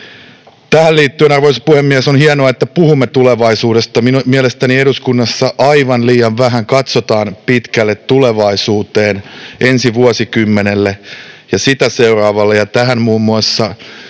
Tähän liittyen, arvoisa puhemies, on hienoa, että puhumme tulevaisuudesta. Minun mielestäni eduskunnassa aivan liian vähän katsotaan pitkälle tulevaisuuteen, ensi vuosikymmenelle ja sitä seuraavalle,